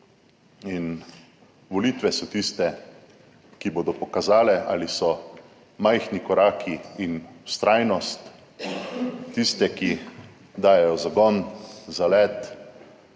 in volitve so tiste, ki bodo pokazale, ali so majhni koraki in vztrajnost tiste, ki dajejo zagon za let,